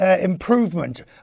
improvement